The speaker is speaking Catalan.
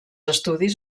estudis